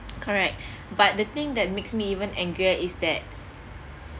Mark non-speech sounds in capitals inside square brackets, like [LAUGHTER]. correct [BREATH] but the thing that makes me even angrier is that